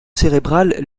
cérébrale